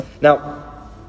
Now